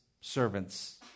servants